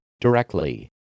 directly